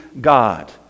God